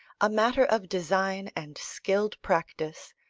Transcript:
a matter of design and skilled practice,